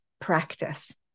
practice